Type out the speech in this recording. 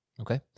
Okay